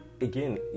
again